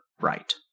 right